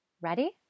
Ready